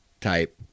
type